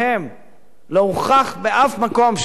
לא הוכח באף מקום שזו קרקע להם,